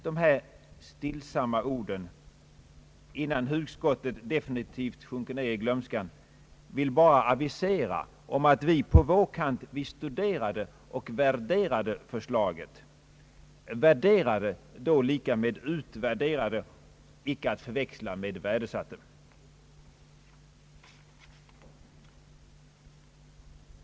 Dessa stillsamma ord innan hugskottet definitivt sjunker ned i glömskan vill bara avisera om att vi på vår kant studerade och värderade förslaget — värderade då lika med utvärderade och inte att förväxla med värdesatte.